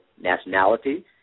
nationality